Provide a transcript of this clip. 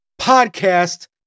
podcast